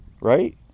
Right